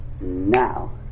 now